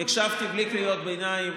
הקשבתי בלי קריאות ביניים.